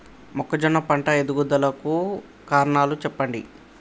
మొక్కజొన్న పంట ఎదుగుదల కు కారణాలు చెప్పండి?